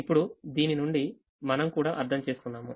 ఇప్పుడు దీని నుండి మనం కూడా అర్థం చేసుకున్నాము